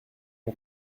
ton